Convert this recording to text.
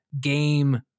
game